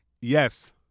Yes